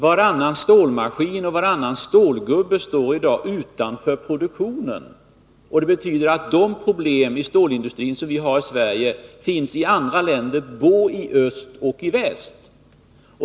Varannan stålmaskin och varannan stålgubbe står i dag utanför produktionen. Det betyder att de problem som vi har inom svensk stålindustri finns i andra länder både i öst och i väst.